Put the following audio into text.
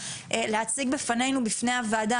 להציג בפנינו בפני הוועדה,